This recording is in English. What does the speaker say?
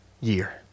year